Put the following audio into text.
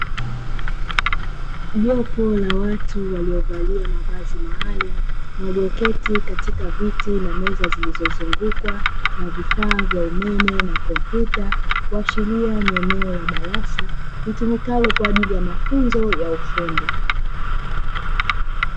Jopo la watu waliovalia mavazi maalumu walioketi katika viti na meza zilizozungukwa na vifaa vya umeme na kompyuta, kuashiria ni eneo la darasa litumikalo kwa ajili ya mafunzo ya ufundi.